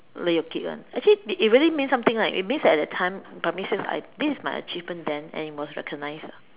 lay your kit one actually it really means something right it means that at the time primary six I this is my achievement then it was recognized